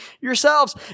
yourselves